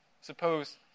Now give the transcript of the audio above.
Suppose